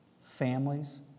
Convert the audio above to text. families